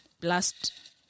blast